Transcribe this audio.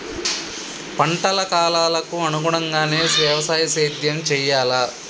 పంటల కాలాలకు అనుగుణంగానే వ్యవసాయ సేద్యం చెయ్యాలా?